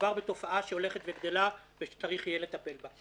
מדובר בתופעה שהולכת וגדלה ושצריך יהיה לטפל בה.